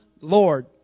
Lord